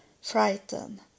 frightened